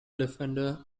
defender